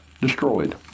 destroyed